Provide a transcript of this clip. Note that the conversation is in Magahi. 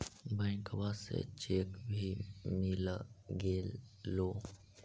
बैंकवा से चेक भी मिलगेलो?